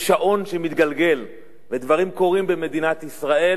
יש שעון שמתגלגל ודברים קורים במדינת ישראל,